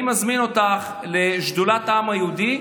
אני מזמין אותך לשדולת העם היהודי,